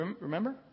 Remember